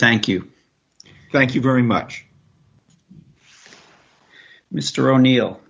thank you thank you very much mr o'neil